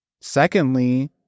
Secondly